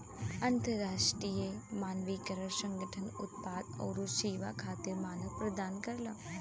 अंतरराष्ट्रीय मानकीकरण संगठन उत्पाद आउर सेवा खातिर मानक प्रदान करला